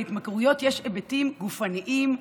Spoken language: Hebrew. להתמכרויות יש היבטים גופניים,